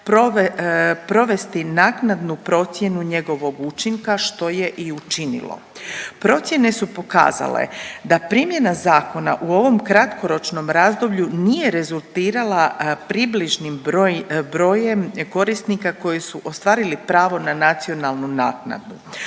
provesti naknadnu procjenu njegovog učinka što je i učinilo. Procjene su pokazale da primjena zakona u ovom kratkoročnom razdoblju nije rezultirala približnim brojem korisnika koji su ostvarili pravo na nacionalnu naknadu